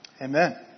amen